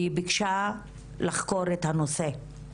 היא ביקשה לחקור את הנושא,